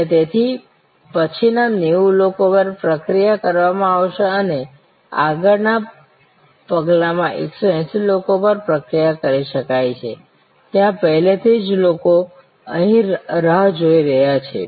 અને તેથી પછીના 90 લોકો પરપ્રક્રિયા કરવામાં આવશે અને આગલા પગલામાં 180 લોકો પર પ્રક્રિયા કરી શકાય છે ત્યાં પહેલાથી જ લોકો અહીં રાહ જોઈ રહ્યા છે